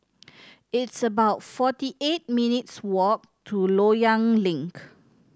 it's about forty eight minutes' walk to Loyang Link